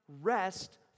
rest